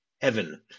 heaven